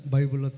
Bible